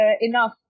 enough